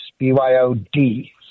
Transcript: BYOD